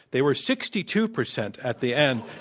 they were sixty two percent at the end.